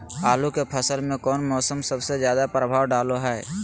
आलू के फसल में कौन मौसम सबसे ज्यादा प्रभाव डालो हय?